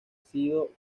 sido